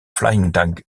flying